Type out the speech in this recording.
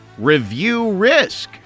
ReviewRisk